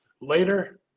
later